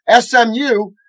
SMU